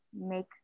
make